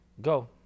Go